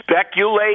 speculate